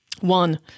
One